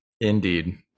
indeed